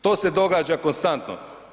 To se događa konstantno.